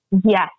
Yes